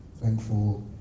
Thankful